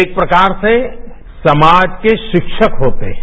एक प्रकारसे समाज के शिक्षक होते हैं